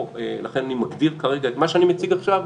לכן אני מגדיר כרגע את מה שאני מציג עכשיו,